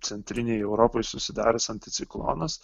centrinėj europoj susidaręs anticiklonas